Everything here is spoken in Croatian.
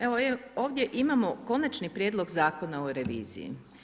Evo, ovdje imamo Konačni prijedlog Zakona o reviziji.